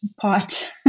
pot